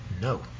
No